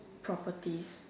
properties